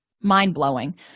mind-blowing